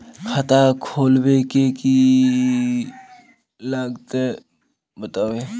खाता खोलवे के की की लगते बतावे?